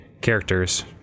characters